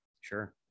Sure